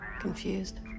Confused